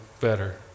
better